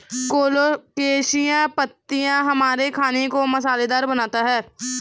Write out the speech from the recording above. colocasia पत्तियां हमारे खाने को मसालेदार बनाता है